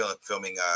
filming